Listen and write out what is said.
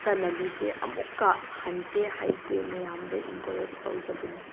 ꯆꯠꯅꯕꯤꯁꯦ ꯑꯃꯨꯛꯀ ꯍꯟꯁꯦ ꯍꯥꯏꯕꯁꯦ ꯃꯌꯥꯝꯗ ꯏꯟꯀꯔꯦꯖ ꯇꯧꯖꯕꯅꯤ